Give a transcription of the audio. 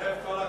זאב, כל הכבוד.